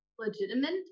Legitimate